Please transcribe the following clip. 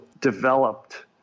developed